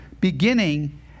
beginning